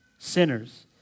Sinners